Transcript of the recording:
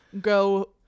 go